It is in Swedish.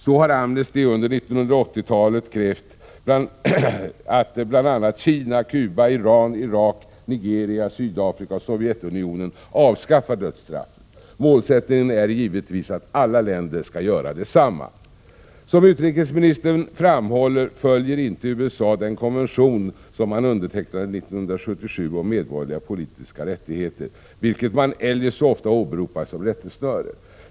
Så har Amnesty under 1980-talet krävt att bl.a. Kina, Cuba, Iran, Irak, Nigera, Sydafrika och Sovjetunionen avskaffar dödsstraffet. Målsättningen är givetvis att alla länder skall göra detsamma. Som utrikesministern framhåller följer inte USA den konvention som man undertecknade 1977 om medborgerliga och politiska rättigheter, vilken man eljest så ofta åberopar som rättesnöre.